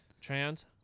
Trans